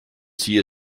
sie